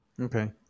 Okay